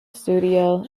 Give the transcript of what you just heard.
studio